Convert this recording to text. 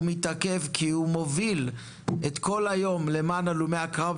מתעכב כי הוא מוביל את כל היום למען הלומי הקרב,